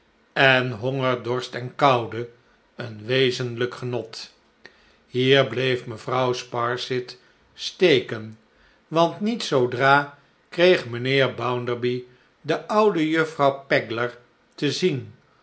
en honger dorst en koude een wezenlijk genot hier bleef mevrouw sparsit steken want niet zoodra kreeg mijnheer bounderby de oude juffrouw pegler te zien